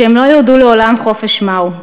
שהם לא ידעו לעולם חופש מה הוא.